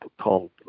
called